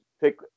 pick